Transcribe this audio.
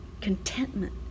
contentment